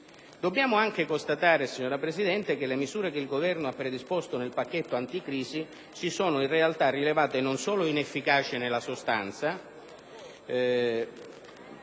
Dobbiamo inoltre constatare, signora Presidente, che le misure che il Governo ha predisposto nel pacchetto anticrisi si sono in realtà rivelate non solo inefficaci nella sostanza, ma soprattutto